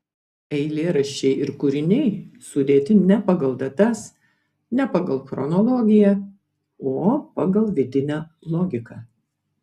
eilėraščiai ir kūriniai sudėti ne pagal datas ne pagal chronologiją o pagal vidinę logiką